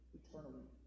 eternally